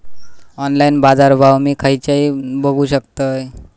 Online बाजारभाव मी खेच्यान बघू शकतय?